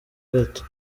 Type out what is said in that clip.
gato